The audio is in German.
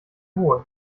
wohl